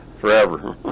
Forever